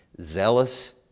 zealous